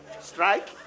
strike